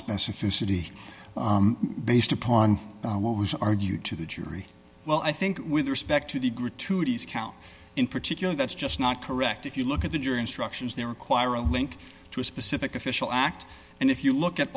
specificity based upon what was argued to the jury well i think with respect to the gratuities count in particular that's just not correct if you look at the jury instructions they require a link to a specific official act and if you look at